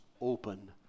open